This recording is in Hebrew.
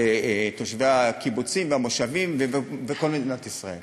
תושבי הקיבוצים והמושבים וכל מדינת ישראל